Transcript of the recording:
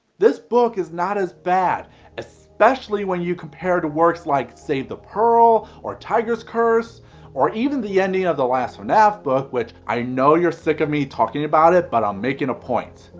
this book is not as bad especially when you compare to works like save the pearl or tiger's curse or even the ending of the last fnaf book which i know you're sick of me talking about it but i'm making a point.